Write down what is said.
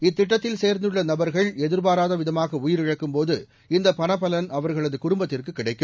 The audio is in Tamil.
இத்திட்டத்தில் சேர்ந்துள்ள நபர்கள் எதிர்பாராவிதமாக உயிரிழக்கும்போது இந்த பணப்பலன் அவர்களது குடும்பத்திற்கு கிடைக்கும்